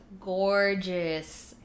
gorgeous